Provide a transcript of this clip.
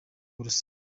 burusiya